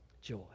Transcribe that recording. joy